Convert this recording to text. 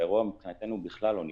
האירוע מבחינתנו בכלל לא נגמר,